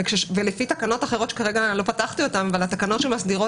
לפי תקנות אחרות שכרגע לא פתחתי אותן אבל התקנות שמסדירות